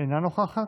אינה נוכחת,